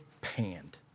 panned